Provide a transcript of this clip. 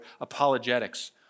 apologetics